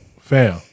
fam